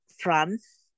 France